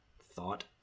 Thought